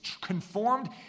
conformed